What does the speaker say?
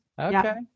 Okay